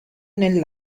nel